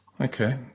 Okay